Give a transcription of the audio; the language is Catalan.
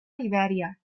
libèria